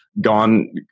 gone